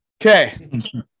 Okay